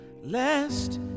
Lest